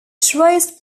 traced